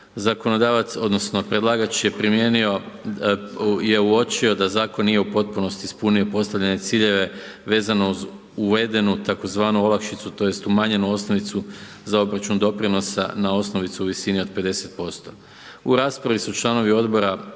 zakonodavac odnosno predlagač je primijenio je uočio da zakon nije u potpunosti ispunio postavljene ciljeve vezano uz uvedenu tzv. olakšicu tj. umanjenu osnovicu za obračun doprinosa na osnovicu u visini od 50%. U raspravi su članovi odbora